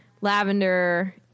Lavender